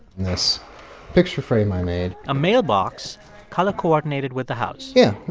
this picture frame i made. a mailbox color coordinated with the house yeah,